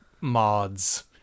mods